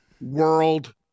World